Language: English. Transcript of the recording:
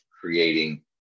creating